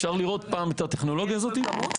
אפשר לראות את הטכנולוגיה הזאת.